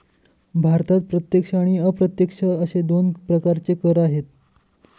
भारतात प्रत्यक्ष आणि अप्रत्यक्ष असे दोन प्रकारचे कर आहेत